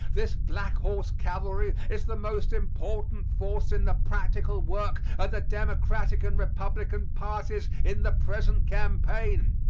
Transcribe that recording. this black horse cavalry is the most important force in the practical work of the democratic and republican parties in the present campaign.